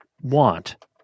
want